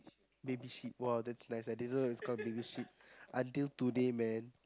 baby sheep !wow! that's nice I didn't know it's called baby sheep until today man